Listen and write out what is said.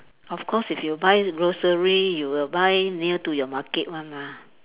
of course if you buy grocery you will buy near to your market one mah